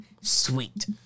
Sweet